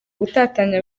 gutatanya